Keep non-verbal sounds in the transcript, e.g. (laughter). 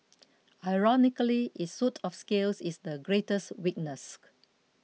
ironically its suit of scales is the greatest weakness (unintelligible)